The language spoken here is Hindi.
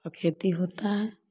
खेती होता है